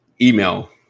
email